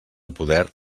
poder